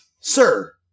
sir